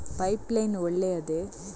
Pipe line ಒಳ್ಳೆಯದೇ?